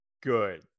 good